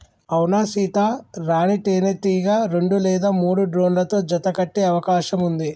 అవునా సీత, రాణీ తేనెటీగ రెండు లేదా మూడు డ్రోన్లతో జత కట్టె అవకాశం ఉంది